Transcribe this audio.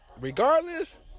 regardless